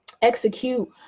execute